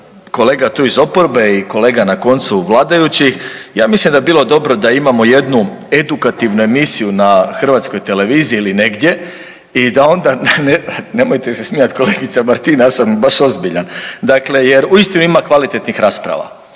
kolega tu iz oporbe i kolega na koncu vladajućih ja mislim da bi bilo dobro da imamo jednu edukativnu emisiju na hrvatskoj televiziji ili negdje i da onda, nemojte se smijati kolegica Martina ja sam baš ozbiljan, dakle jer uistinu ima kvalitetnih rasprava